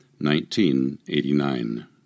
1989